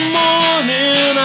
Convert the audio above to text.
morning